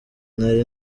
nari